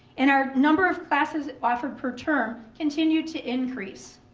and our number of classes offered per term continued to increase.